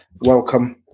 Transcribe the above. Welcome